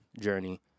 journey